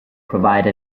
provide